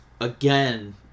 again